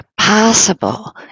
possible